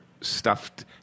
stuffed